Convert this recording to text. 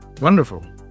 Wonderful